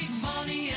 money